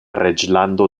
reĝlando